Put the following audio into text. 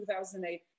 2008